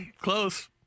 Close